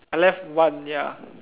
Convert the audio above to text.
I left one ya